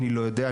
אני לא יודע,